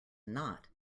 not